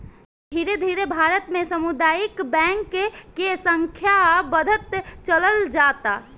धीरे धीरे भारत में सामुदायिक बैंक के संख्या बढ़त चलल जाता